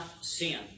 sin